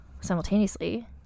simultaneously